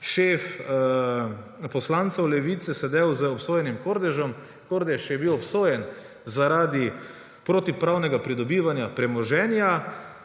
šef poslancev Levice sedel z obsojenim Kordežem. Kordež je bil obsojen zaradi protipravnega pridobivanja premoženja.